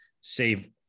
save